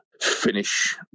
finish